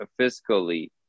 fiscally